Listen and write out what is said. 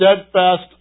steadfast